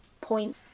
point